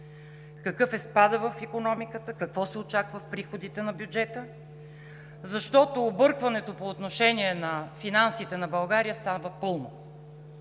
какъв е спадът в икономиката? Какво се очаква в приходите на бюджета? Защото объркването по отношение на финансите на България става пълно.